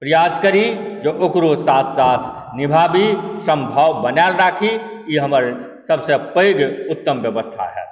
प्रयास करी जे हम ओकरो साथ साथ निभाबी सम्भव बनाएल राखी ई हमर सबसँ पैघ उत्तम व्यवस्था होयत